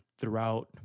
throughout